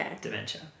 dementia